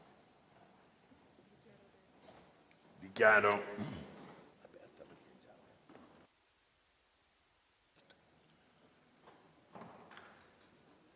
Dichiaro